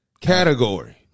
category